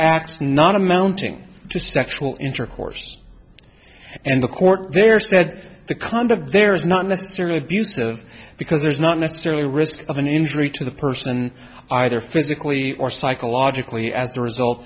acts not amounting to sexual intercourse and the court there said the conduct there is not necessarily abusive because there's not necessarily risk of an injury to the person either physically or psychologically as a result